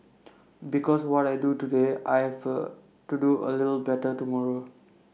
because what I do today I have A to do A little better tomorrow